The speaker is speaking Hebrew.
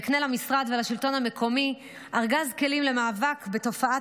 יקנה למשרד ולשלטון המקומי ארגז כלים למאבק בתופעת